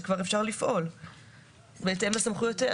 שכבר אפשר לפעול "בהתאם לסמכויותיה".